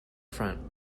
front